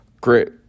great